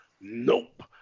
nope